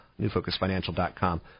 NewFocusFinancial.com